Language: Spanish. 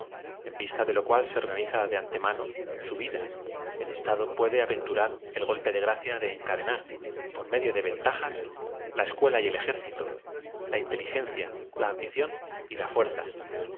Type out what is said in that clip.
eo vista de lo cual se organiza de antemano su vida el estado pue de aventurar el golpe de gra cia de encadenar por medio de ventajas la escuela y el ejército la inteli gencia la ambición y la fu